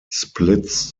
splits